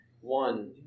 One